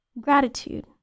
gratitude